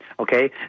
okay